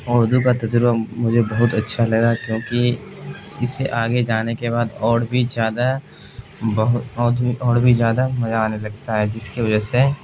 اردو کا تجربہ مجھے بہت اچھا لگا کیونکہ اسے آگے جانے کے بعد اور بھی زیادہ بہت اور بھی اور بھی زیادہ مزہ آنے لگتا ہے جس کی وجہ سے